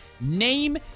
Name